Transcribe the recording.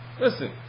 Listen